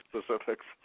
specifics